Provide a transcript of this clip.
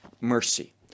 mercy